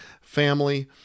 family